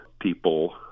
people